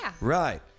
Right